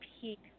peak